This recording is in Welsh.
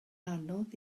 anodd